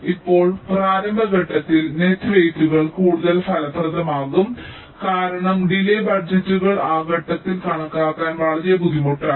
ഇപ്പോൾ പ്രാരംഭ ഘട്ടത്തിൽ നെറ്റ് വെയ്റ്റുകൾ കൂടുതൽ ഫലപ്രദമാകും കാരണം ഡിലെ ബജറ്റുകൾ ആ ഘട്ടത്തിൽ കണക്കാക്കാൻ വളരെ ബുദ്ധിമുട്ടാണ്